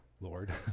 Lord